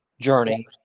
journey